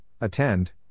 attend